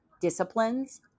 disciplines